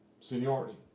seniority